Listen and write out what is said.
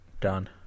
Done